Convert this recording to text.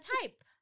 type